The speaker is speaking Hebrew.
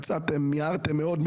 מיהרתם מאוד,